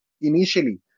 initially